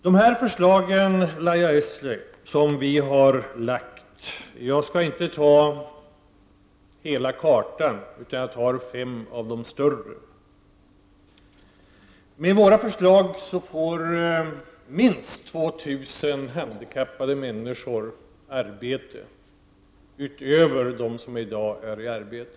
De här förslagen, Lahja Exner, som vi har lagt — jag skall inte nämna allihop utan bara fem av de större — innebär att minst 2 000 handikappade människor får arbete utöver dem som i dag har arbete.